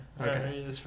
Okay